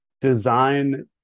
Design